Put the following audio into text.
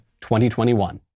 2021